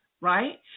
right